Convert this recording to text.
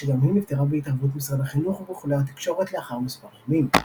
שגם היא נפתרה בהתערבות משרד החינוך וכלי התקשורת לאחר מספר ימים.